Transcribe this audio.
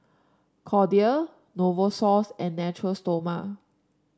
Kordel Novosource and Natura Stoma